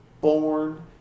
born